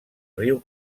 riu